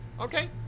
Okay